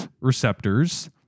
receptors